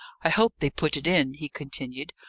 i hope they put it in, he continued,